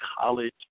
college